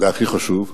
זה הכי חשוב,